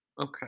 Okay